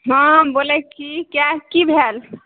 हम बोलैत छी किए की भेल